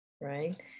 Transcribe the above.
right